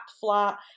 flat